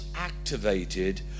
activated